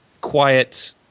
quiet